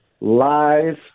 live